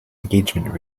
engagement